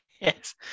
Yes